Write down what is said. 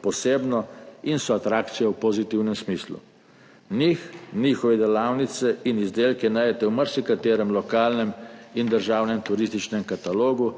posebno in so atrakcije v pozitivnem smislu. Njih, njihove delavnice in izdelke najdete v marsikaterem lokalnem in državnem turističnem katalogu